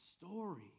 story